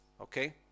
okay